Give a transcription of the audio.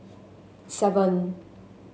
seven